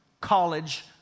college